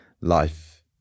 life